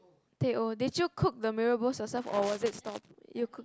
teh O did you cook the mee-Rebus yourself or was it stock you cooked